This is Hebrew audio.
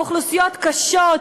באוכלוסיות קשות,